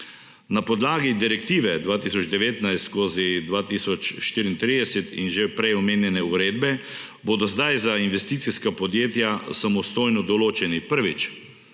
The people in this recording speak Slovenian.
Na podlagi Direktive 2019/2034 in že prej omenjene uredbe bodo zdaj za investicijska podjetja samostojno določeni: prvič,